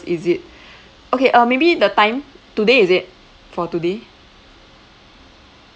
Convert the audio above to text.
is it okay uh maybe the time today is it for today